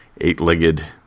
eight-legged